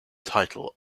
title